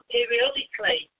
Periodically